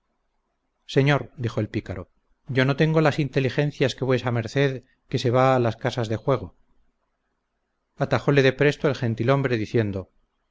señor dijo el pícaro yo no tengo las inteligencias que vuesa merced que se va a las casas de juego atajole de presto el gentil-hombre diciendo